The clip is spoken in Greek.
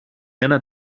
ένα